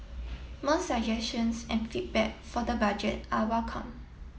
more suggestions and feedback for the budget are welcome